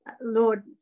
Lord